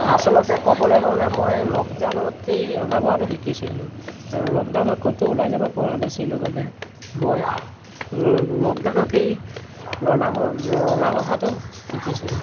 আচলতে ক'বলৈ গ'লে মই লকডাউনতেই ৰন্ধা বঢ়াটো শিকিছিলোঁ আৰু লকডাউনত ক'তো ওলাই যাব পৰা নাছিলো বাবে মই ল লকডাউনতেই বনাব ৰন্ধা বঢ়াটো শিকিছিলো